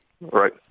Right